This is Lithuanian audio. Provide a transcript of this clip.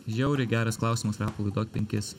žiauriai geras klausimas rapolai duok penkis